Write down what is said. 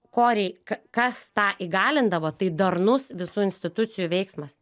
ko rei k kas tą įgalindavo tai darnus visų institucijų veiksmas